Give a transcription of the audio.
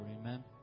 Amen